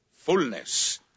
fullness